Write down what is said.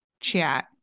chat